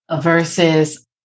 versus